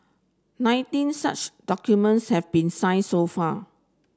nineteen such documents have been signed so far